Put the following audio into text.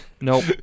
Nope